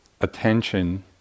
attention